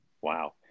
Wow